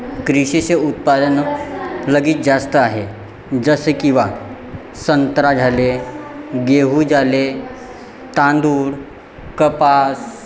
कृषीचे उत्पादनं लगित जास्त आहे जसे की वा संत्रा झाले गेहू झाले तांदूळ कपास